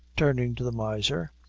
turning to the miser,